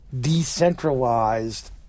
decentralized